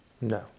No